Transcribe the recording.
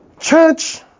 Church